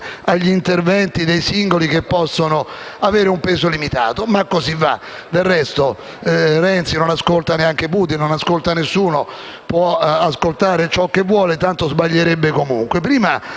agli interventi dei singoli, che possono avere un peso limitato. Ma così va. Del resto, Renzi non ascolta neanche Putin e nessun altro. Renzi può ascoltare chi vuole, tanto sbaglierebbe comunque.